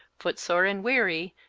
footsore and weary,